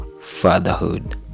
fatherhood